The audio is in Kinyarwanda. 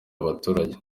abaturage